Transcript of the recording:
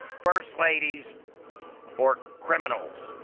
first ladies or criminals.